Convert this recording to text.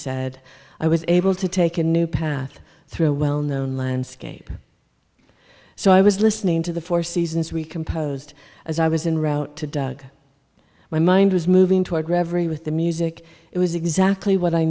said i was able to take a new path through a well known landscape so i was listening to the four seasons we composed as i was in route to doug my mind was moving toward reverie with the music it was exactly what i